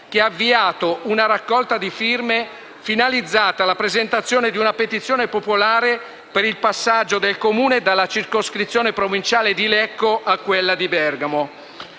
che ha avviato una raccolta di firme finalizzata alla presentazione di una petizione popolare per il passaggio del Comune dalla circoscrizione provinciale di Lecco a quella di Bergamo.